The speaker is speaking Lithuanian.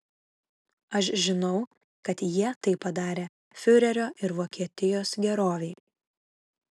aš žinau kad jie tai padarė fiurerio ir vokietijos gerovei